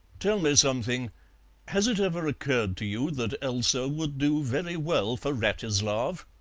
tell me something has it ever occurred to you that elsa would do very well for wratislav?